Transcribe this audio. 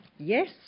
Yes